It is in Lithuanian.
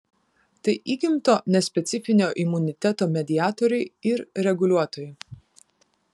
tai įgimto nespecifinio imuniteto mediatoriai ir reguliuotojai